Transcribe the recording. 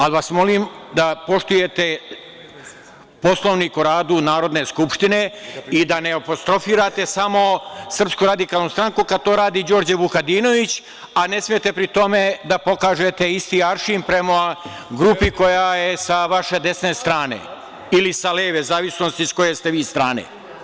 Ali vas molim da poštujete Poslovnik o radu Narodne skupštine i da ne apostrofirate samo SRS, kad to radi Đorđe Vukadinović, a ne smete pri tome da pokažete isti aršin prema grupi koja je sa vaše desne strane, ili sa leve, u zavisnosti sa koje ste vi strane.